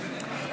נתקבלה.